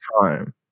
time